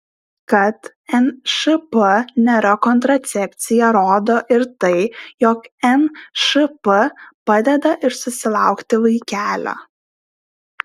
kad nšp nėra kontracepcija rodo ir tai jog nšp padeda ir susilaukti vaikelio